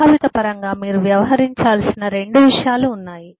సంభావిత పరంగా మీరు వ్యవహరించాల్సిన 2 విషయాలు ఉన్నాయి